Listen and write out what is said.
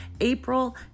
April